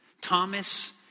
Thomas